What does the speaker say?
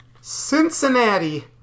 Cincinnati